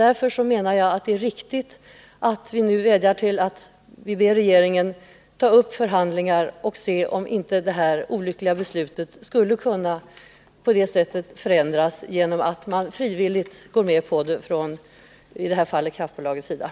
Därför menar jag att det är riktigt att vi nu vädjar till regeringen att ta upp förhandlingar för att se om inte det här olyckliga regeringsbeslutet skulle kunna förändras genom att kraftbolaget frivilligt avstår från utbyggnad av Sölvbackaströmmarna.